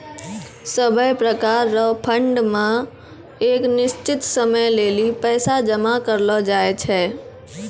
सभै प्रकार रो फंड मे एक निश्चित समय लेली पैसा जमा करलो जाय छै